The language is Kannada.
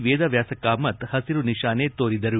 ವೇದವ್ಯಾಸ ಕಾಮತ್ ಹಸಿರು ನಿಶಾನೆ ತೋರಿದರು